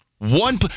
one –